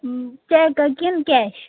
check ہا کِنہٕ cash